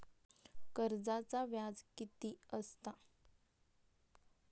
कर्जाचा व्याज कीती असता?